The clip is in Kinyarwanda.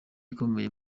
ikomeye